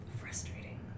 frustrating